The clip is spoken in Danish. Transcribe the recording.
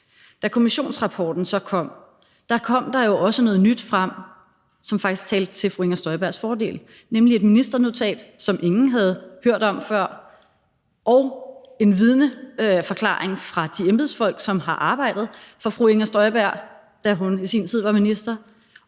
Da kommissionsrapporten så kom, kom der jo også noget nyt frem, som faktisk talte til fru Inger Støjbergs fordel, nemlig et ministernotat, som ingen havde hørt om før, og en vidneforklaring fra de embedsfolk, som har arbejdet for fru Inger Støjberg, da hun i sin tid var minister,